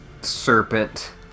Serpent